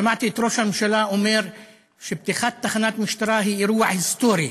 שמעתי את ראש הממשלה אומר שפתיחת תחנת משטרה היא אירוע היסטורי.